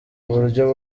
uburyo